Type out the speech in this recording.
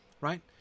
Right